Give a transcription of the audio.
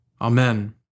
Amen